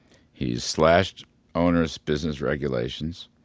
he's slashed onerous business regulations,